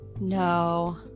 no